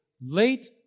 late